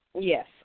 Yes